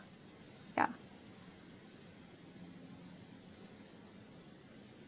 ya